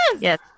Yes